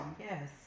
yes